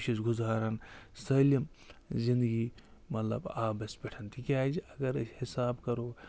یہِ چھِ أسۍ گُزاران سٲلِم زندگی مطلب آبَس پٮ۪ٹھ تِکیٛازِ اگر أسۍ حِساب کَرو